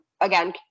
Again